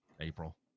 April